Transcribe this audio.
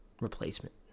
replacement